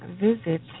visit